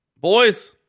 boys